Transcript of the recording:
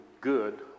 good